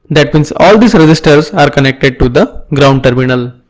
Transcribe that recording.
that means all these resistors are connected to the ground terminal.